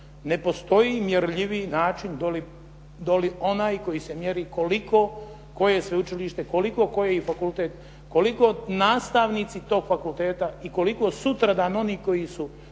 Ne postoji mjerljiviji način doli onaj koji se mjeri koliko koje sveučilište, koliko koji fakultet, koliko nastavnici toga fakulteta i koliko sutradan oni koji su